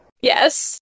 Yes